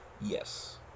Yes